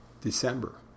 December